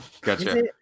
Gotcha